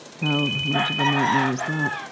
how much of a nightmare is that?